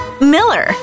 miller